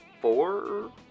four